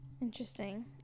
Interesting